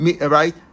right